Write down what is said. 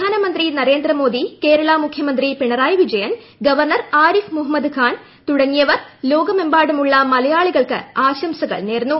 പ്രധാനമന്ത്രി നരേന്ദ്ര മോദി കേരള മുഖ്യമന്ത്രി പിണറായി വിജയൻ ഗവർണർ ആരിഫ് മുഹമ്മദ്ഖാൻ തുടങ്ങിയവർ ലോകമെമ്പാടുമുള്ള മലയാളികൾക്ക് ആശംസകൾ നേർന്നു